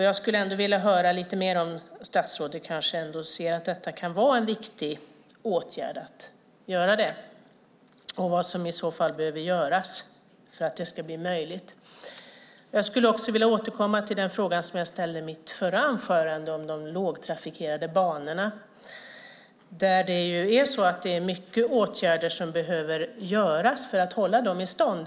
Jag skulle vilja höra mer, om statsrådet kanske ser att detta kan vara en viktig åtgärd och vad som i så fall behöver göras för att det ska bli möjligt. Jag skulle också vilja återkomma till den fråga som jag ställde i mitt förra anförande om de lågtrafikerade banorna. Det är många åtgärder som behöver vidtas för att hålla dem i stånd.